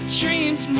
dreams